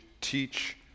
teach